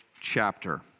chapter